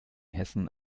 hessen